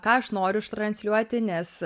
ką aš noriu ištransliuoti nes